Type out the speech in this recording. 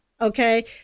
okay